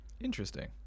Interesting